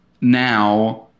now